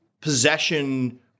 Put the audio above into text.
possession